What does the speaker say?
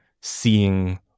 seeing